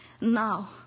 Now